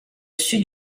sud